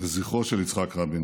לזכרו של יצחק רבין